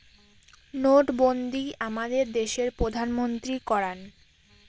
নোটবন্ধী আমাদের দেশের প্রধানমন্ত্রী করান